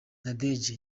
nadege